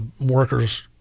workers